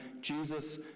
Jesus